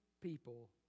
people